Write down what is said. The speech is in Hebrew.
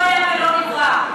לא היה ולא נברא.